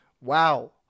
wow